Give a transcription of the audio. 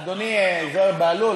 אדוני זוהיר בהלול.